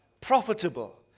profitable